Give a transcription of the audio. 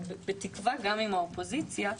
ובתקווה שגם עם האופוזיציה,